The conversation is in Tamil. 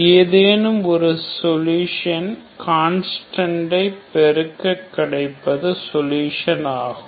ஏதேனும் ஒரு சொலுஷன் கான்ஸ்டன்ட் பெருக்க கிடைப்பதும் சொலுஷன் ஆகும்